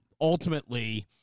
ultimately